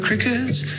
Crickets